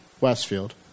Westfield